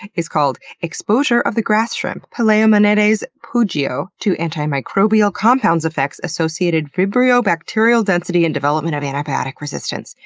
is called exposure of the grass shrimp, palaemonetes pugio, to antimicrobial compounds affects associated vibrio bacterial density and development of antibiotic resistance.